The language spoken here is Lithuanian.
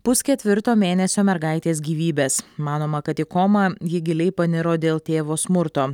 pusketvirto mėnesio mergaitės gyvybės manoma kad į komą ji giliai paniro dėl tėvo smurto